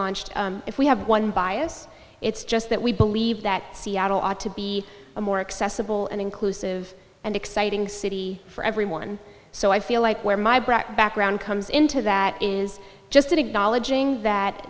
launched if we have one bias it's just that we believe that seattle ought to be a more accessible and inclusive and exciting city for everyone so i feel like where my brat background comes into that is just